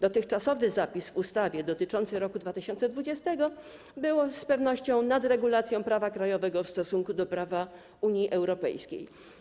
Dotychczasowy zapis w ustawie dotyczący roku 2020 z pewnością był nadregulacją prawa krajowego w stosunku do prawa Unii Europejskiej.